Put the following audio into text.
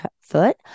foot